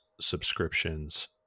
subscriptions